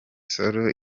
sol